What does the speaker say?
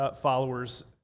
followers